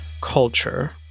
culture